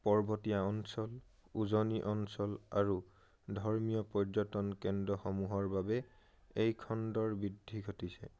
পৰ্বতীয়া অঞ্চল উজনি অঞ্চল আৰু ধৰ্মীয় পৰ্যটন কেন্দ্ৰসমূহৰ বাবে এই খণ্ডৰ বৃদ্ধি ঘটিছে